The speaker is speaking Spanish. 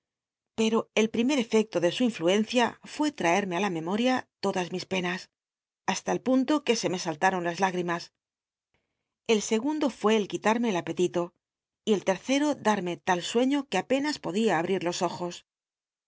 pero el primer efecto de su influencia fué traerme li la memor ia todas mis penas hasta el punto que se me sallaron las lügtimas el secero gundo fué el quitarme el apetito y el ter darme tal sueño que apenas podía abrir los ojos